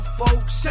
folks